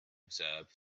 observe